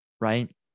right